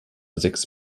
sechs